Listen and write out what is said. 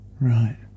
right